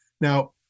Now